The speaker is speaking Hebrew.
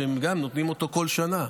שגם נותנים אותו כל שנה,